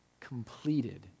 completed